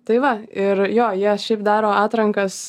tai va ir jo jie šiaip daro atrankas